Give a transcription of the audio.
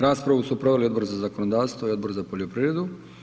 Raspravu su proveli Odbor za zakonodavstvo i Odbor za poljoprivredu.